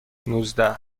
نوزده